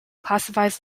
classifies